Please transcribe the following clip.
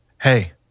hey